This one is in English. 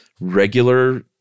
regular